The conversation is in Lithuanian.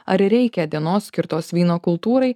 ar reikia dienos skirtos vyno kultūrai